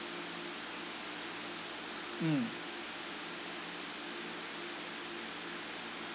mm